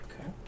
Okay